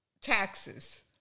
taxes